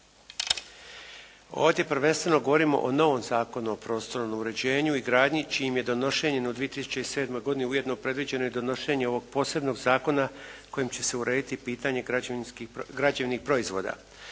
Ovdje prvenstveno govorimo o novom Zakonu o prostornom uređenju i gradnji čijim je donošenjem u 2007. godini ujedno predviđeno i donošenje ovog posebnog zakona kojim će se urediti pitanje građevnih proizvoda